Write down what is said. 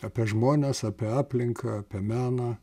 apie žmones apie aplinką apie meną